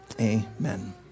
amen